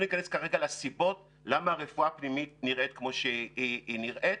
ולא ניכנס כרגע לסיבות למה הרפואה הפנימית נראית כמו שהיא נראית,